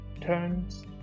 turns